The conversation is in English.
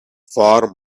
for